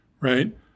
right